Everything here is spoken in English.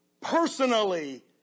personally